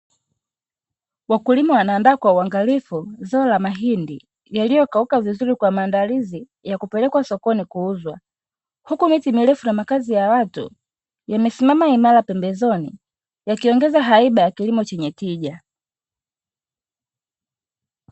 Wakulima wanaandaa kwa uangalifu zao la mahindi yaliyokauka vizuri kwa maandalizi ya kupelekwa sokoni kuuzwa huku miti mirefu na makazi ya watu yamesimama imara pembezoni yakiongeza haiba ya kilimo chenye tija.